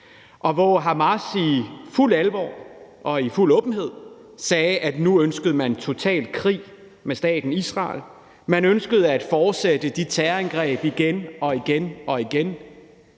og hvor Hamas i fuld alvor og i fuld åbenhed sagde, at nu ønskede man total krig med staten Israel; man ønskede at fortsætte de terrorangreb igen og igen. Det